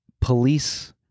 police